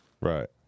Right